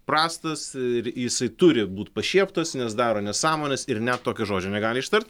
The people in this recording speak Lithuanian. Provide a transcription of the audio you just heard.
prastas ir jisai turi būt pašieptas nes daro nesąmones ir net tokio žodžio negali ištart